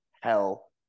hell